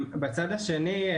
בצד השני,